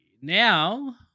Now